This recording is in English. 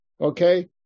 okay